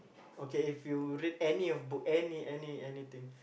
okay if you read any of book any any anything